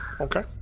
Okay